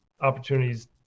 opportunities